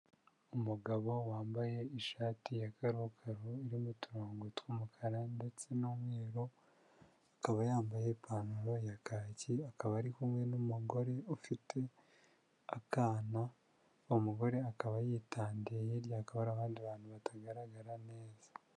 Umugabo wambaye ishati ya karokaro, irimo uturongo tw'umukara ndetse n'umweru, akaba yambaye ipantaro ya kaki, akaba ari kumwe n'umugore ufite akana, umugore akaba yitandiye, hirya hakaba hari abandi bantu batagaragara neza.